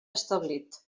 establit